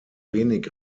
wenig